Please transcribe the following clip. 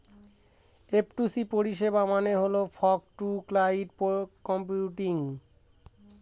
F two C পরিষেবা মানে হল ফগ টু ক্লাউড কম্পিউটিং